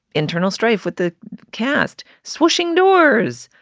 internal strife with the cast swishing doors.